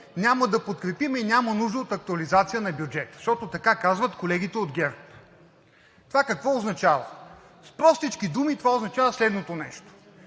няма да подкрепим и няма нужда от актуализация на бюджета, защото така казват колегите от ГЕРБ, това какво означава? С простички думи това означава следното нещо: